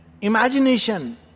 imagination